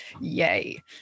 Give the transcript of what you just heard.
yay